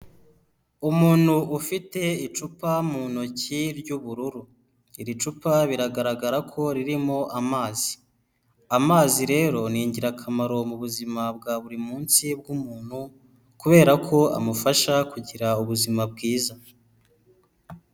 Umuntu ufite icupa mu ntoki ry'ubururu. Iri cupa biragaragara ko ririmo amazi. Amazi rero ni ingirakamaro mu buzima bwa buri munsi bw'umuntu; kubera ko amufasha kugira ubuzima bwiza.